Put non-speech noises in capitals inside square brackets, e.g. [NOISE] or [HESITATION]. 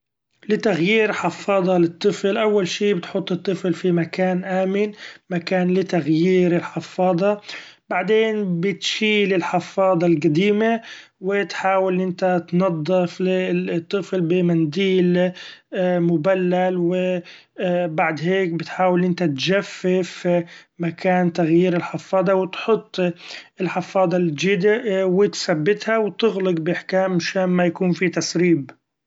لتغيير حفاضه للطفل أول شي بتحط الطفل في مكان آمن مكان لتغيير الحفاضه بعدين بتشيل الحفاضه القديمة و تحاول أنت تنضف للطفل بمنديل مبلل [HESITATION] و بعد هيك بتحاول أنت تجفف مكان تغيير الحفاضه و تحط الحفاضه [UNINTELLIGIBLE] و تثبتها و تغلق بإحكام مشان ما يكون في تسريب.